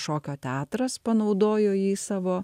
šokio teatras panaudojo jį savo